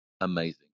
amazing